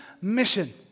mission